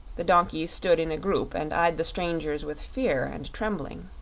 the donkeys stood in a group and eyed the strangers with fear and trembling.